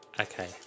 Okay